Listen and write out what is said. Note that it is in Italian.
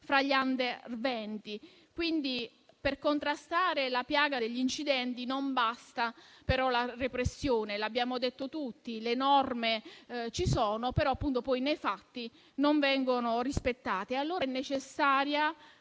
fra gli *under* venti. Per contrastare la piaga degli incidenti non basta però la repressione, come abbiamo detto tutti. Le norme ci sono, ma nei fatti non vengono rispettate. Per prevenire è necessaria